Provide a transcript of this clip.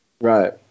Right